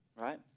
Right